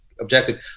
objective